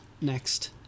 next